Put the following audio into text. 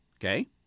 Okay